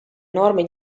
norme